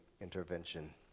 intervention